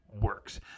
works